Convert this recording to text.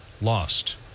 lost